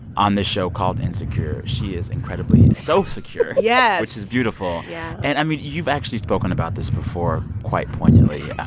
on this show called insecure, she is incredibly so secure. yes. yeah which is beautiful yeah and, i mean, you've actually spoken about this before quite poignantly.